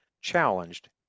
challenged